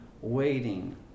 waiting